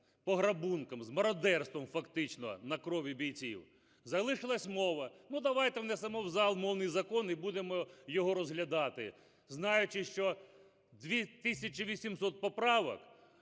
з пограбунком, з мародерством фактично на крові бійців. Залишилась мова. Ну, давайте внесемо в зал мовний закон і будемо його розглядати, знаючи, що 2 тисячі 800 поправок.